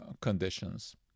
conditions